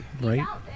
right